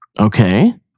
Okay